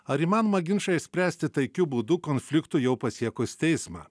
ar įmanoma ginčą išspręsti taikiu būdu konfliktui jau pasiekus teismą